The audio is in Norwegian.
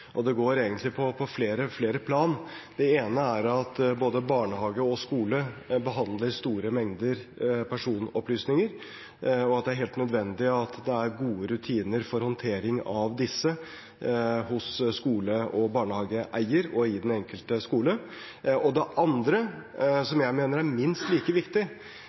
og det går egentlig på flere plan. Det ene er at både barnehage og skole behandler store mengder personopplysninger, og at det er helt nødvendig at det er gode rutiner for håndtering av disse hos skole- og barnehageeier og i den enkelte skole. Det andre, som jeg mener er minst like viktig,